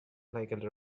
like